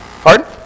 Pardon